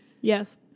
Yes